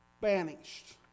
banished